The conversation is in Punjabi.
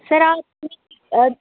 ਸਰ